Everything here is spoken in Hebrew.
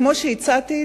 וכמו שהצעתי,